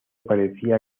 parecía